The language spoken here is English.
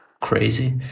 crazy